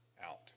out